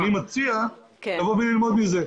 אני מציע לבוא וללמוד מזה.